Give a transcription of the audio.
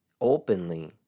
openly